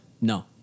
No